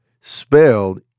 spelled